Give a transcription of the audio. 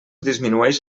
disminueix